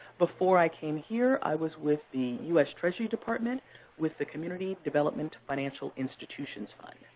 before i came here, i was with the us treasury department with the community development financial institutions fund.